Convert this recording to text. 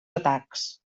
atacs